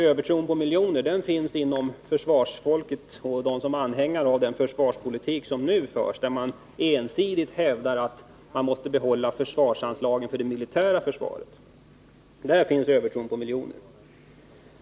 Övertron på miljoner finns hos försvarsfolket och hos dem som är anhängare av den försvarspolitik som nu förs, där det ensidigt hävdas att man måste behålla försvarsanslagen för det militära försvaret.